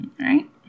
right